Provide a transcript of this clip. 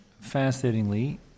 fascinatingly